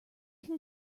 can